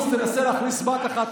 30%. תנסה להכניס בת אחת יותר.